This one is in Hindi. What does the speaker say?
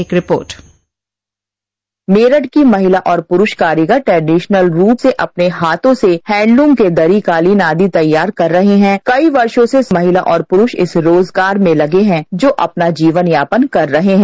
एक रिपोर्ट मेरठ की महिला और पुरुष कारीगर ट्रेडिशनल रूप से अपने हाथों से हैंडलूम के दरी कालीन आदि तैयार कर रहे हैं कई वर्षो से महिला और प्ररुष इस रोजगार में लगे हैं जो अपना जीवन यापन कर रहे हैं